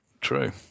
True